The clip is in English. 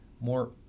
more